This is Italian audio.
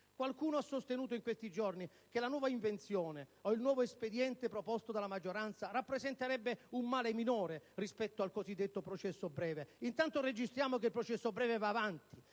Qualcuno ha sostenuto in questi giorni che la nuova invenzione o il nuovo espediente proposto dalla maggioranza rappresenterebbe un male minore rispetto al cosiddetto processo breve; intanto registriamo che il processo breve va avanti,